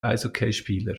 eishockeyspieler